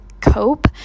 cope